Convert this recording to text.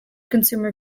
consumer